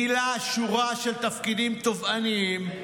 מילא שורה של תפקידים תובעניים,